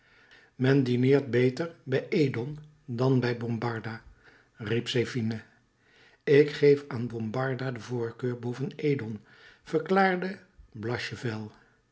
men dineert beter bij edon dan bij bombarda riep zephine ik geef aan bombarda de voorkeur boven edon verklaarde